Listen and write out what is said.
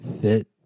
fit